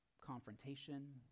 confrontation